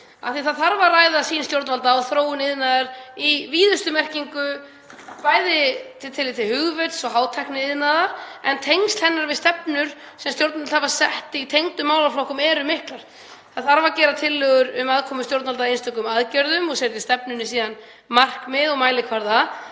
Það þarf að ræða sýn stjórnvalda á þróun iðnaðar í víðustu merkingu, bæði með tilliti til hugvits og hátækniiðnaðar, en tengsl hennar við stefnur sem stjórnvöld hafa sett í tengdum málaflokkum eru mikil. Það þarf að gera tillögur um aðkomu stjórnvalda að einstökum aðgerðum og setja stefnunni síðan markmið og mælikvarða.